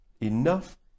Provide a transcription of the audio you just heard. enough